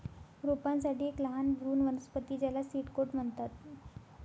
रोपांसाठी एक लहान भ्रूण वनस्पती ज्याला सीड कोट म्हणतात